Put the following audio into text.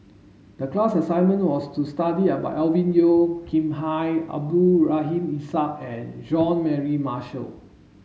the class assignment was to study about Alvin Yeo Khirn Hai Abdul Rahim Ishak and John Mary Marshall